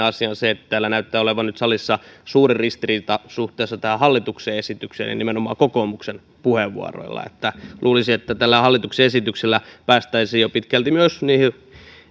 asia on se että täällä näyttää olevan nyt salissa suuri ristiriita tällä hallituksen esityksellä ja nimenomaan kokoomuksen puheenvuoroilla luulisi että tällä hallituksen esityksellä päästäisiin jo pitkälti myös niihin